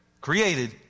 created